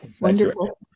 Wonderful